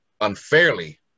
unfairly